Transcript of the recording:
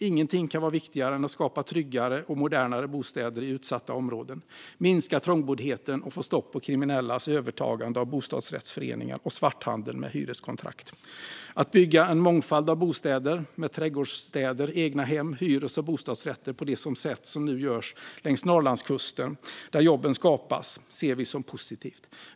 Ingenting kan vara viktigare än att skapa tryggare och modernare bostäder i utsatta områden, att minska trångboddheten och att få stopp på kriminellas övertagande av bostadsrättsföreningar och svarthandel med hyreskontrakt. Att bygga en mångfald av bostäder med trädgårdsstäder, egnahem och hyres och bostadsrätter på det sätt som nu görs längs Norrlandskusten där jobben skapas ser vi som positivt.